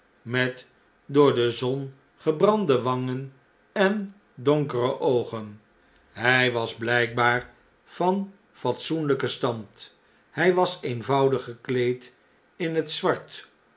met door de zon gebrande wangen en donkere oogen hy was bln'kbaar van fatsoenljjken stand hjj was eenvoudig gekleed in het zwart